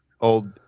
old